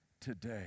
today